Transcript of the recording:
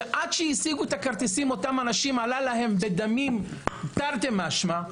שעד שאותם אנשים השיגו את הכרטיסים זה עלה להם בדמים תרתי משמע,